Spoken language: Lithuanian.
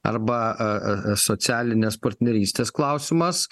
arba a a socialinės partnerystės klausimas